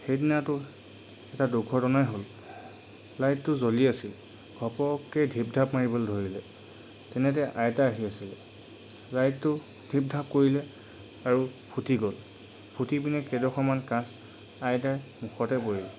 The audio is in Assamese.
সেইদিনাটো এটা দুৰ্ঘটনাই হ'ল লাইটটো জ্বলি আছিল ঘপককৈ ঢিপ ঢাপ মাৰিবলৈ ধৰিলে তেনেতে আইতা আহি আছিলে লাইটটো ঢিপ ঢাপ কৰিলে আৰু ফুটি গ'ল ফুটি পিনে কেইডখৰমান কাঁচ আইতাৰ মুখতে পৰিল